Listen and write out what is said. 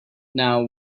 now